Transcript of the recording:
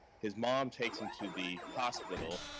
his mom takes him to the hospital,